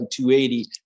280